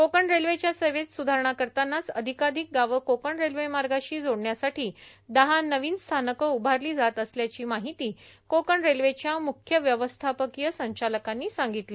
कोकण रेल्वेच्या सेवेत सुधारणा करतानाच अधिकाअधिक गावं कोकण रेल्वेमार्गाशी जोडण्यासाठी दहा नवीन स्थानकं उभारली जात असल्याची माहिती कोकण रेल्वेच्या मुख्य व्यवस्थापकीय संचालकांनी सांगितली